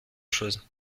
chose